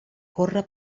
corre